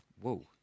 whoa